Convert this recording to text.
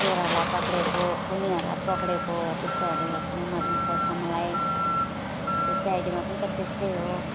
चोरहरूलाई पक्रिएको खुनीहरूलाई पक्रिएको हो त्यस्तोहरू हेर्नु मनपर्छ मलाई त्यो सिआइडीमा पनि त त्यस्तै हो